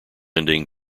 ending